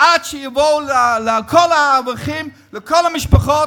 עד שיבואו לכל האברכים ולכל המשפחות